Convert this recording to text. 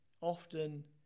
Often